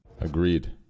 Agreed